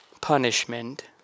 punishment